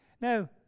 now